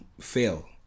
fail